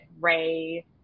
Ray